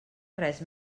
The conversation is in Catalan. res